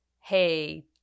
hey